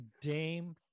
Dame